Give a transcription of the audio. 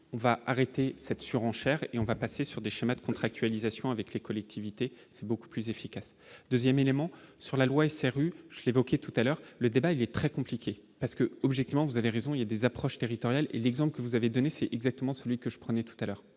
on va arrêter cette surenchère et on va passer sur des schémas de contractualisation avec les collectivités, c'est beaucoup plus efficace 2ème élément sur la loi SRU évoquais tout à l'heure, le débat, il est très compliqué parce que, objectivement, vous avez raison, il y a des approches territoriale l'exemple que vous avez donné c'est exactement celui que je prenais tout à l'heure,